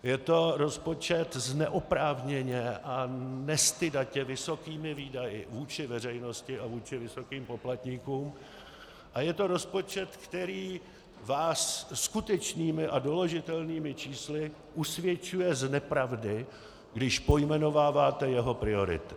Je to rozpočet s neoprávněně a nestydatě vysokými výdaji vůči veřejnosti a vůči vysokým poplatníkům a je to rozpočet, který vás skutečnými a doložitelnými čísly usvědčuje z nepravdy, když pojmenováváte jeho priority.